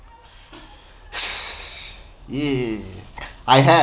ya I have